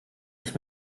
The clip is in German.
ich